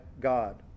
God